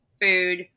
food